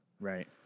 right